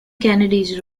kennedys